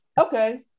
okay